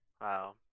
Wow